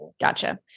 Gotcha